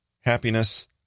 happiness